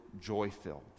joy-filled